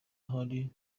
hari